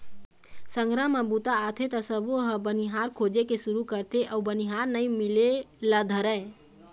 संघरा म बूता आथे त सबोझन ह बनिहार खोजे के सुरू करथे अउ बनिहार नइ मिले ल धरय